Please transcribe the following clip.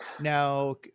now